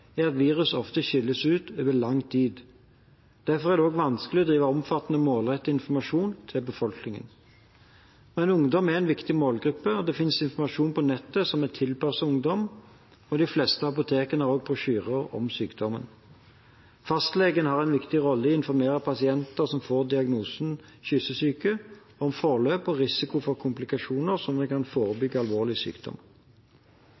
er at virus ofte skilles ut over lang tid. Derfor er det også vanskelig å drive omfattende målrettet informasjon til befolkningen. Men ungdom er en viktig målgruppe, og det finnes informasjon på nettet som er tilpasset ungdom, og de fleste apotekene har også brosjyrer om sykdommen. Fastlegen har en viktig rolle i å informere pasienter som får diagnosen kyssesyke, om forløp og risiko for komplikasjoner slik at man kan